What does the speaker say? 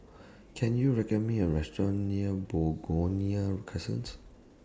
Can YOU recall Me A Restaurant near Begonia Crescent